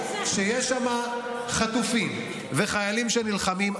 כשיש שם חטופים וחיילים שנלחמים,